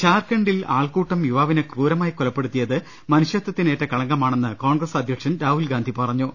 ഝാർഖണ്ഡിൽ ആൾക്കൂട്ടം യുവാവിനെ ക്രൂരമായി കൊലപ്പെടുത്തിയത് മനുഷ്യത്തിനേറ്റ കളങ്കമാണെന്ന് കോൺഗ്രസ് അധ്യക്ഷൻ രാഹുൽഗാന്ധി പറഞ്ഞു